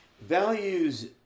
Values